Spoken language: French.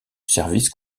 services